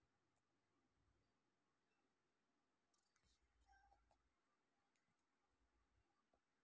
సాధనాలు మరియు సామాగ్రికి తేడా ఏమిటి?